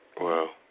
Wow